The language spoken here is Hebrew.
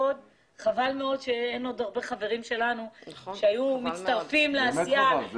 חבל שאין כאן עוד הרבה חברים אחרים שמצטרפים לעשייה.